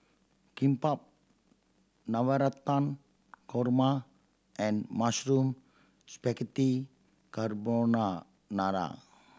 Kimbap Navratan Korma and Mushroom Spaghetti